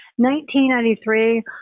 1993